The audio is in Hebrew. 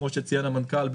כמו שציין המנכ"ל,